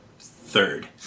third